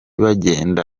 bagenda